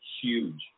huge